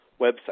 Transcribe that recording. website